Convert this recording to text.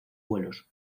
vuelos